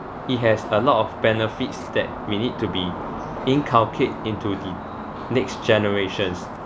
it has a lot of benefits that we need to be inculcate into the next generations